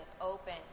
Open